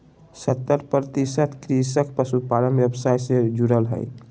सत्तर प्रतिशत कृषक पशुपालन व्यवसाय से जुरल हइ